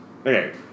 okay